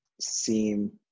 seem